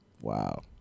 wow